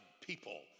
people